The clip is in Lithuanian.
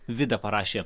vida parašė